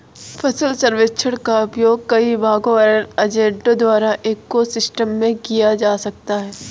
फसल सर्वेक्षण का उपयोग कई विभागों और अन्य एजेंटों द्वारा इको सिस्टम में किया जा सकता है